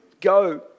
Go